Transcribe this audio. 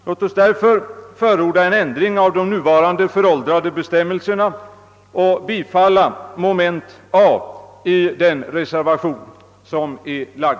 Låt oss därför förorda en ändring av de nuvarande föråldrade bestämmelserna och bifalla mom. a i reservationen 1.